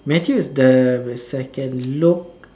Matthew is the second Luke